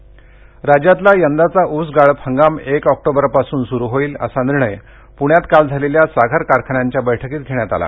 ऊस गाळप हंगाम राज्यातला यंदाचा ऊस गाळप हंगाम एक ऑक्टोबरपासून सुरू होईल असा निर्णय पुण्यात काल झालेल्या साखर कारखान्यांच्या बैठकीत घेण्यात आला